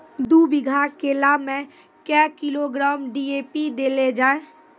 दू बीघा केला मैं क्या किलोग्राम डी.ए.पी देले जाय?